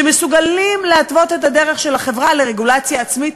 שמסוגלים להתוות את הדרך של החברה לרגולציה עצמית,